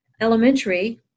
elementary